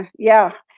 yeah,